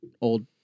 old